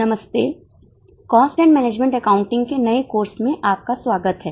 नमस्ते लागत एवं प्रबंधन लेखांकन के नए पाठ्यक्रम में आपका स्वागत है